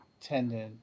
tendon